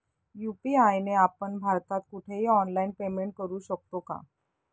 UPI ने आपण भारतात कुठेही ऑनलाईन पेमेंट करु शकतो का?